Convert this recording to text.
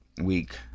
week